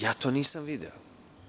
Ja to nisam video.